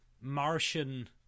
Martian